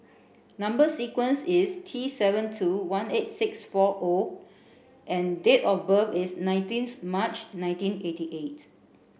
number sequence is T seven two one eight six four nine O and date of birth is nineteenth March nineteen eighty eight